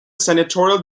senatorial